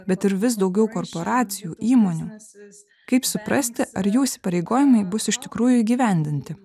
bet ir vis daugiau korporacijų įmonių kaip suprasti ar jų įsipareigojimai bus iš tikrųjų įgyvendinti